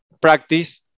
practice